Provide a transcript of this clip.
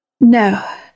No